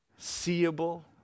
seeable